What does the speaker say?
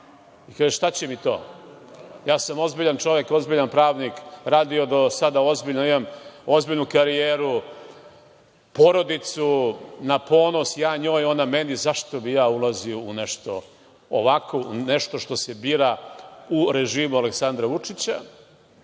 i kažu - šta će mi to, ja sam ozbiljan čovek, ozbiljan pravnik, radio do sada ozbiljno, imam ozbiljnu karijeru, porodicu, na ponos, ja njoj, ona meni. Zašto bi ja ulazio u nešto ovako? U nešto što se bira u režimu Aleksandra Vučića.